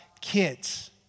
kids